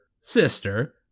sister